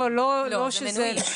לא, זה מנויים.